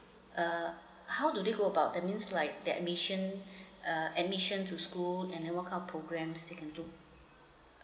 uh how do they go about the news' like the admission uh admission to school and never come to program they can do